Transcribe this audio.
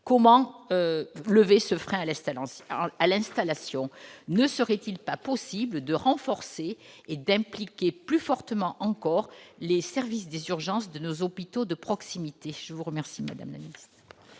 Comment lever ce frein à l'installation ? Ne serait-il pas possible de renforcer et d'impliquer plus fortement encore les services des urgences de nos hôpitaux de proximité ?